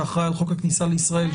שאחראי על חוק הכניסה לישראל,